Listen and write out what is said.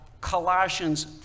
Colossians